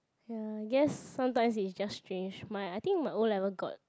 ya guess sometimes is just strange my I think my O-level got